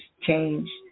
change